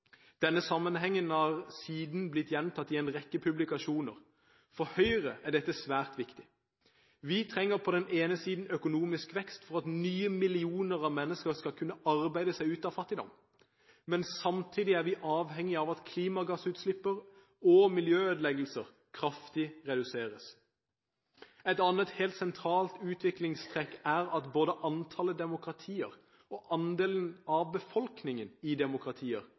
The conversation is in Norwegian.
Denne sammenhengen har siden blitt gjentatt i en rekke publikasjoner. For Høyre er dette svært viktig. Vi trenger på den ene siden økonomisk vekst for at nye millioner av mennesker skal kunne arbeide seg ut av fattigdom, men samtidig er vi avhengig av at klimagassutslipp og miljøødeleggelser reduseres kraftig. Et annet helt sentralt utviklingstrekk er at både antallet demokratier og andelen av befolkningen som bor i